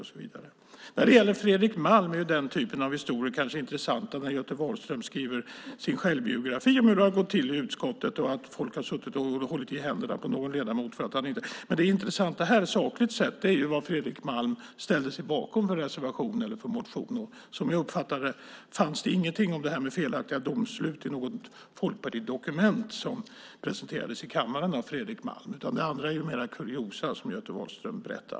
Historier som den om Fredrik Malm är kanske intressanta när Göte Wahlström skriver sin självbiografi om hur det har gått till i utskottet och om hur folk har suttit och hållit i händerna på någon ledamot. Det intressanta sakligt sett är vilken reservation eller motion som Fredrik Malm ställde sig bakom. Som jag uppfattar det fanns det ingenting om detta med felaktiga domslut i något folkpartidokument som presenterades i kammaren av Fredrik Malm. Det andra är mer kuriosa som Göte Wahlström berättar.